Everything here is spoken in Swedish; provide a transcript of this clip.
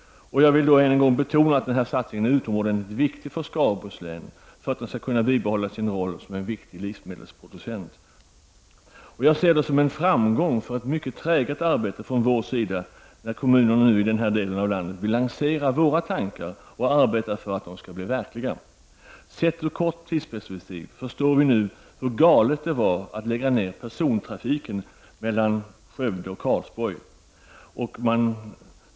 Jag vill än en gång betona att denna satsning är utomordentligt viktig för Skaraborgs län, om det skall kunna bibehålla sin roll som en viktig livsmedelsproducent. Jag ser det som en framgång efter ett träget arbete av oss när nu kommunerna i denna del av landet vill lansera våra tankar och arbeta för att de skall omsättas till verklighet. Sett ur ett kort tidsperspektiv förstår vi nu hur galet det var att lägga ned persontrafiken mellan Skövde och Karlsborg.